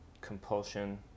compulsion